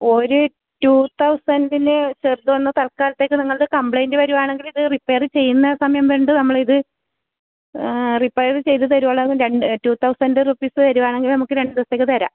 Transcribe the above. ഒരു ടൂ തൗസൻറിനു ചെറുതൊന്നു തൽക്കാലത്തേക്ക് നിങ്ങൾക്ക് കംപ്ലൈൻറ് വരുവാണെങ്കിൽ ഇത് റിപ്പയർ ചെയ്യുന്ന സമയം വേണ്ടൂ നമ്മളിത് റിപ്പയർ ചെയ്തുതരുവോളൊന്നു രണ്ടു ടൂ തൗസൻറ് റുപ്പീസ് തരുവാണെങ്കിൽ നമുക്ക് രണ്ടു ദിവസത്തേക്ക് തരാം